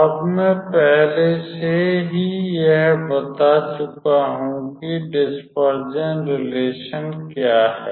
अब मैं पहले से ही यह बता चुका हूँ कि डिस्पर्जन रिलेशन क्या है